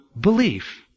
belief